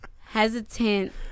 hesitant